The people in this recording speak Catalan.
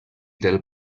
del